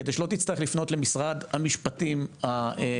כדי שלא תצטרך לפנות למשרד המשפטים הרוסי,